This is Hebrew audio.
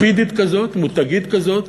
לפידית כזאת, מותגית כזאת,